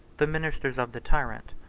the ministers of the tyrant,